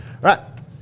right